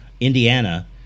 Indiana